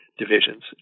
divisions